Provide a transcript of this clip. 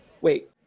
wait